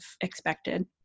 expected